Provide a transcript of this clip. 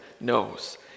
knows